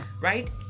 right